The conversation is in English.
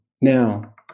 Now